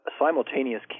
simultaneous